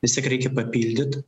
vis tiek reikia papildyt